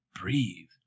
breathe